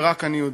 כשרק אני יודע.